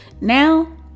now